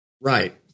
Right